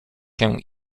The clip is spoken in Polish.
się